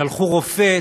שלחו רופא.